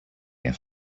have